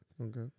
Okay